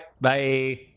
Bye